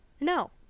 No